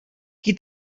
qui